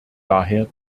daher